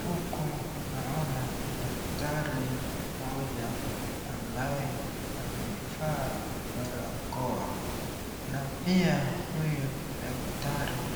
Huku naona daktari moja ambaye ameivaa barakoa na pia huyu daktari